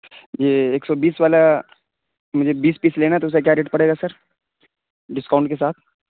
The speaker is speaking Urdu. یہ ایک سو بیس والا مجھے بیس پیس لینا تھا تو اس کا کیا ریٹ پڑے گا سر ڈسکاؤنٹ کے ساتھ